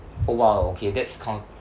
oh !wow! okay that's coun~